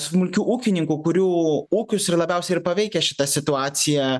smulkių ūkininkų kurių ūkius ir labiausiai ir paveikia šita situacija